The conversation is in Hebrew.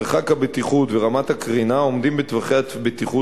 מרחק הבטיחות ורמת הקרינה עומדים בטווחי הבטיחות